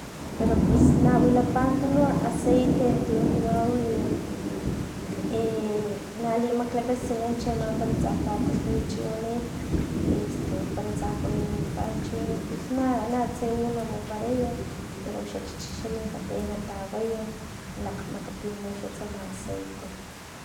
Pero ps na wilapa tunu aceite tun kawawi e na maklakaskinkan chiama para tsa tatalhay chiwani este para tsa kunini min pan chiwani pus na natse una waparay pero xa chichi xa minkape na tawaya na lakgmakapin tsama aceite.